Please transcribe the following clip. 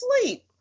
sleep